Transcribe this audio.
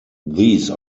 these